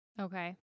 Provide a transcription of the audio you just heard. Okay